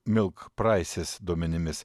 milkprices duomenimis